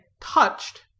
touched